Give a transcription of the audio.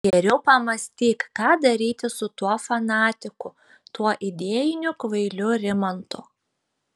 geriau pamąstyk ką daryti su tuo fanatiku tuo idėjiniu kvailiu rimantu